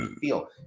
feel